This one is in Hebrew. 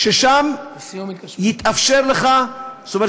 ושם יתאפשר לך, בסיום התקשרות.